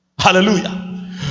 Hallelujah